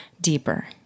deeper